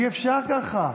אי-אפשר ככה.